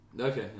Okay